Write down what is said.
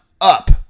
up